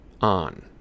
on